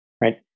right